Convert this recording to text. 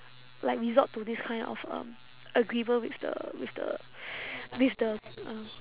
like resort to this kind of um agreement with the with the with the uh